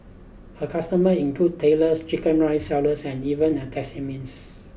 her customers include tailors chicken rice sellers and even a taxidermist